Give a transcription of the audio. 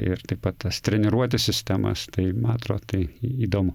ir taip pat tas treniruoti sistemas tai ma atro tai įdomu